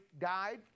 died